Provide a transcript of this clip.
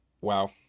Wow